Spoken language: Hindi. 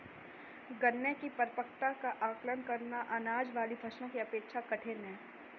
गन्ने की परिपक्वता का आंकलन करना, अनाज वाली फसलों की अपेक्षा कठिन है